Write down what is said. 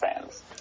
fans